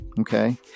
Okay